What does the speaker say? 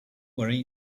worry